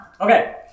Okay